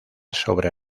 sobre